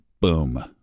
boom